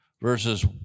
verses